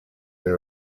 been